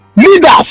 Leaders